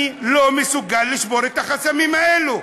אני לא אהיה מסוגל לשבור את החסמים האלו,